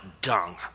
dung